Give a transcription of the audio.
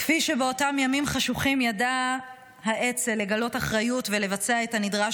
כפי שבאותם ימים חשוכים ידע האצ"ל לגלות אחריות ולבצע את הנדרש